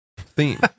theme